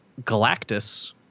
Galactus